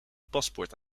paspoort